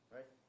Right